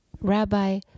Rabbi